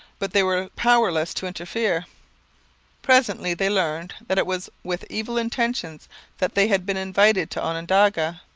but they were powerless to interfere presently they learned that it was with evil intentions that they had been invited to onondaga.